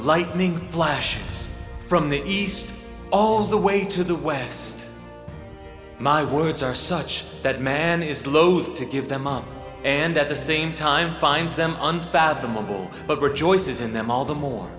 lightning flash from the east all the way to the west my words are such that man is loath to give them up and at the same time finds them unfathomable but were joyce's in them all the more